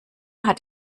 hat